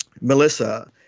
Melissa